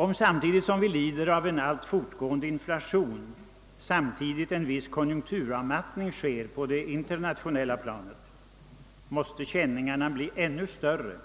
Om, samtidigt som vi lider av en alltmer fortgående inflation, en viss konjunkturavmattning sker på det internationella planet, måste känningarna bli ännu större,